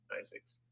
Isaacs